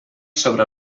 sobre